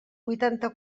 huitanta